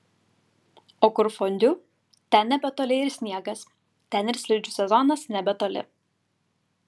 o kur fondiu ten nebetoli ir sniegas ten ir slidžių sezonas nebetoli